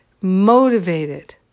motivated